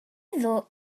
meddwl